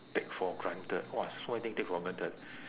take for granted !wah! so many thing take for granted